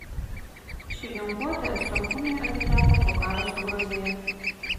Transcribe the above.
ši ginkluotė suchumiui atiteko po karo su gruzija